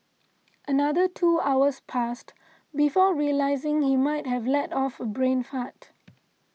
another two hours passed before realising he might have let off a brain fart